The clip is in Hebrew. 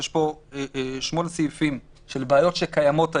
יש פה 8 סעיפים של בעיות שקיימות היום.